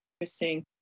Interesting